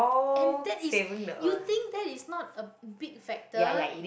and that is you think that is not a big factor